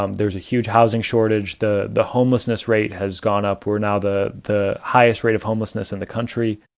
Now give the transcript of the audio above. um there's a huge housing shortage. the the homelessness rate has gone up. we're now the the highest rate of homelessness in the country.